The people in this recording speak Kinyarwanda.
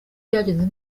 byagenze